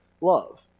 love